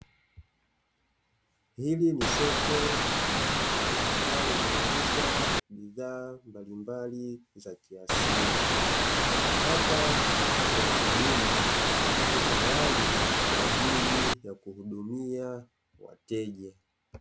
Hili ni soko ambalo linauza bidhaa mbalimbali za kiasili. Hapa, mtoa huduma yupo tayari kwa ajili ya kuhudumia wateja.